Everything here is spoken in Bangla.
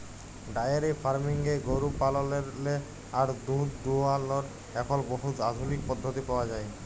ডায়েরি ফার্মিংয়ে গরু পাললেরলে আর দুহুদ দুয়ালর এখল বহুত আধুলিক পদ্ধতি পাউয়া যায়